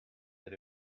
that